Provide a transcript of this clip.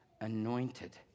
anointed